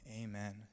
Amen